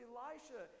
Elisha